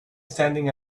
standing